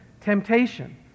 temptation